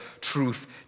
truth